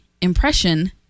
impression